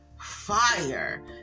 fire